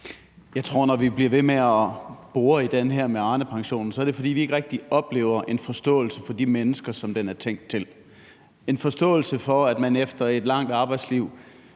Jeg tror, at når vi bliver ved med at bore i det her med Arnepensionen, er det, fordi vi ikke rigtig oplever en forståelse for de mennesker, som den er tænkt til, en forståelse for, at man efter et langt arbejdsliv